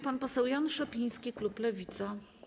Pan poseł Jan Szopiński, klub Lewica.